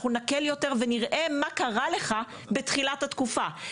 אנחנו נקל יותר ונראה מה קרה לך בתחילת התקופה.